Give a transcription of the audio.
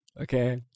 okay